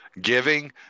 giving